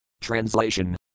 Translation